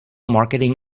marketing